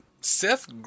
Seth